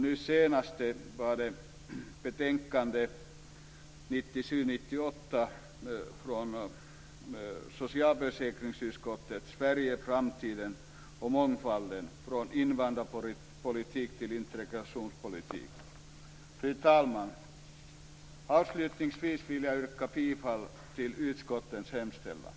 Nu senast var det i ett betänkade 1997/98 från socialförsäkringsutskottet, Sverige, framtiden och mångfalden Fru talman! Avslutningsvis vill jag yrka bifall till utskottets hemställan.